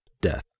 death